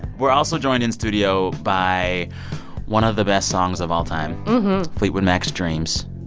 we're also joined in studio by one of the best songs of all time, fleetwood mac's dreams.